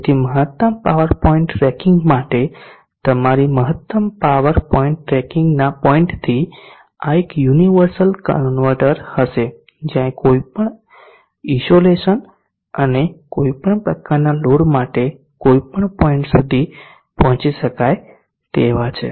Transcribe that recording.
તેથી મહત્તમ point tracking માટે તમારી મહત્તમ પાવર પોઇન્ટ ટ્રેકિંગના પોઇન્ટથી આ એક યુનિવર્સલ કન્વર્ટર હશે જ્યાં કોઈપણ ઇસોલેશન અને કોઈપણ પ્રકારનાં લોડ માટે કોઈપણ પોઇન્ટ સુધી પહોંચી શકાય છે